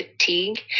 fatigue